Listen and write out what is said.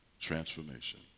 transformation